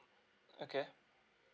okay